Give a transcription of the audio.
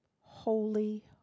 Holy